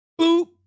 boop